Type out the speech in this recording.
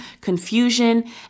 confusion